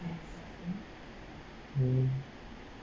mm